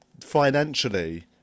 financially